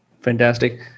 Fantastic